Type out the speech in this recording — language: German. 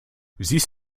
siehst